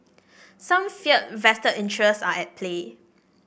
some fear vested interests are at play